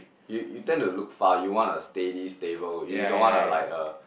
you you tend to look far you want a steady stable you don't want a like a